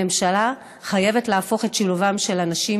הממשלה חייבת להפוך את שילובם של אנשים